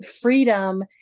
freedom